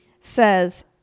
says